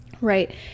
Right